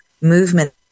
movement